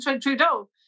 Trudeau